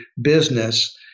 business